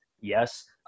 Yes